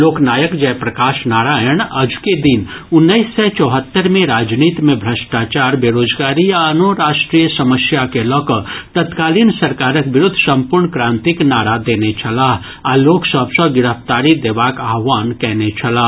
लोकनायक जयप्रकाश नारायण अजुके दिन उन्नैस सय चौहत्तरि मे राजनीति मे भ्रष्टाचार बेराजगारी आ आनो राष्ट्रीय समस्या के लऽ कऽ तत्कालीन सरकारक विरूद्ध संपूर्णक्रांतिक नारा देने छलाह आ लोक सभ सँ गिरफ्तारी देबाक आह्वान कयने छलाह